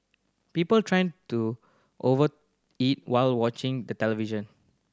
people trend to over eat while watching the television